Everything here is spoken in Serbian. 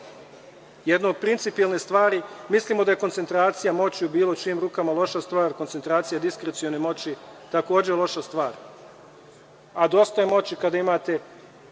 jedna od principijelnih stvari, mislimo da je koncentracija moći u bilo čijim rukama loša stvar, koncentracija diskrecione moći je takođe loša stvar, a dosta je moći kada imate